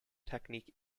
technique